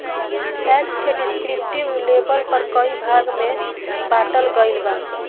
tax के descriptive label पर कई भाग में बॉटल गईल बा